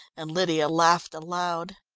and lydia laughed aloud.